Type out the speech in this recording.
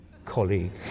Colleague